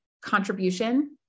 contribution